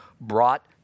brought